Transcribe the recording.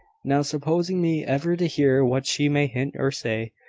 now, supposing me ever to hear what she may hint or say,